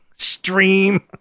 stream